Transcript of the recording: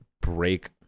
break